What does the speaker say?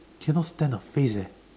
cannot stand her face eh